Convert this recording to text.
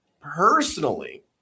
Personally